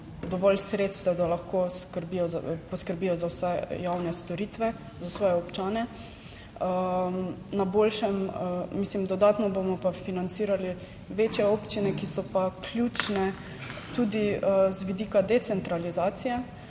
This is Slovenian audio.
dovolj sredstev, da lahko skrbijo, poskrbijo za vse javne storitve za svoje občane, na boljšem, mislim, dodatno bomo pa financirali večje občine, ki so pa ključne tudi z vidika decentralizacije.